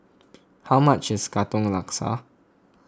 how much is Katong Laksa